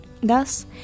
thus